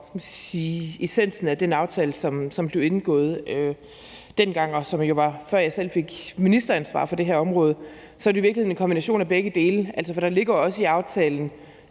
essensen af den aftale, som blev indgået dengang – og det var jo, før jeg selv fik ministeransvar for det her område – så er det i virkeligheden kombination af begge dele. For der ligger også det i aftalen,